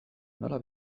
nola